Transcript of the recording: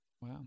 Wow